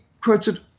quoted